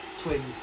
twin